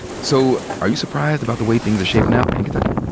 so are you surprised about the way things are shapin' out in kentucky?